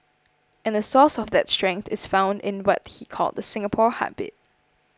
and the source of that strength is founded in what he called the Singapore heartbeat